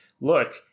look